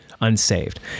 unsaved